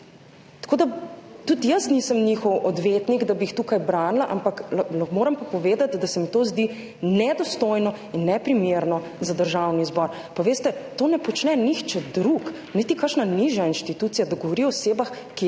nič! Tudi jaz nisem njihov odvetnik, da bi jih tukaj branila, moram pa povedati, da se mi to zdi nedostojno in neprimerno za Državni zbor. Veste, tega ne počne nihče drug, niti kakšna nižja inštitucija, da govori o osebi, ki je